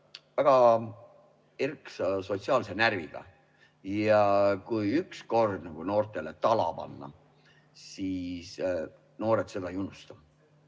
väga erksa sotsiaalse närviga. Ja kui ükskord noortele tala panna, siis noored seda ei unusta.